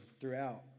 throughout